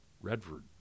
redford